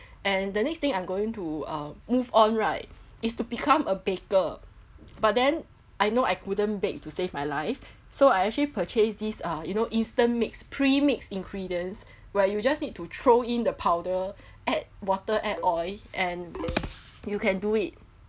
and the next thing I'm going to uh move on right is to become a baker but then I know I couldn't bake to save my life so I actually purchase this uh you know instant mix pre-mix ingredients where you just need to throw in the powder add water add oil and you can do it